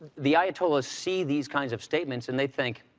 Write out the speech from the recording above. the ayatollahs see these kinds of statements, and they think,